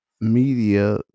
media